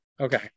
okay